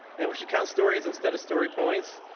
and we should count stories instead of story points.